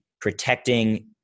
protecting